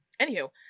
anywho